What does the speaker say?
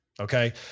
Okay